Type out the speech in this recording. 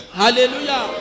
hallelujah